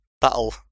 that'll